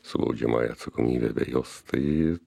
su baudžiamąja atsakomybe be jos tai